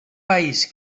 país